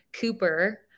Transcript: Cooper